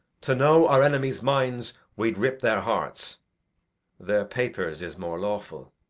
to know our enemies' minds, we'ld rip their hearts their papers, is more lawful.